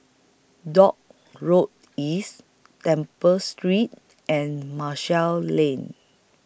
Dock Road East Temple Street and Marshall Lane